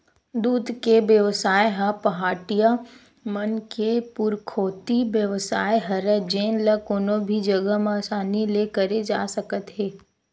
दूद के बेवसाय ह पहाटिया मन के पुरखौती बेवसाय हरय जेन ल कोनो भी जघा म असानी ले करे जा सकत हे